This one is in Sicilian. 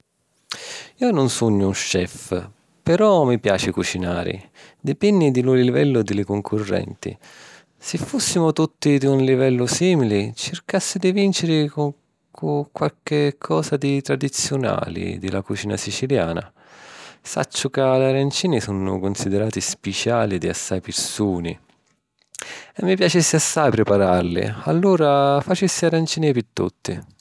Jo nun sugnu un chef, però mi piaci cucinari. Dipenni di lu livellu di li cuncurrenti. Si fùssimu tutti di un livellu sìmili, circassi di vìnciri cu qualchi cosa di tradiziunali di la cucina siciliana. Sacciu ca li arancini sunnu cunsidirati spiciali di assai pirsuni e mi piaci assai priparalli, allura facissi arancini pi tutti.